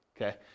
okay